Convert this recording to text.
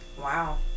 Wow